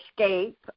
escape